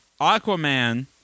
Aquaman